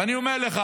ואני אומר לך,